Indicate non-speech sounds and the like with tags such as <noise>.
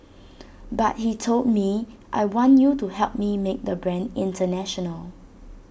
<noise> but he told me I want you to help me make the brand International